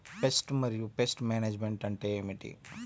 Pest మరియు pest management అంటే ఏమిటి?